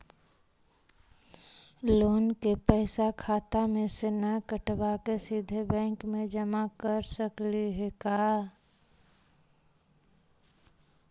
Loan के पैसा खाता मे से न कटवा के सिधे बैंक में जमा कर सकली हे का?